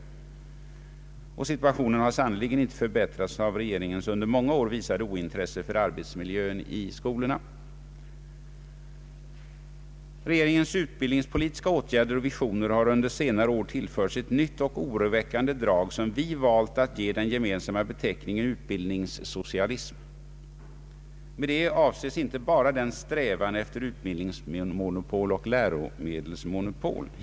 Situationen har sannerligen inte förbättrats av att regeringen under många år visade ointresse för arbetsmiljön i skolorna. Regeringens utbildningspolitiska åtgärder och visioner har under senare år tillförts ett nytt och oroväckande drag som vi valt att ge den gemensamma beteckningen utbildningssocialism. Därmed avses inte bara den strävan efter utbildningsmonopol och läromedelsmonopol som finns.